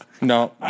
No